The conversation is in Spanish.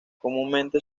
comúnmente